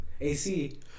AC